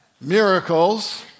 Miracles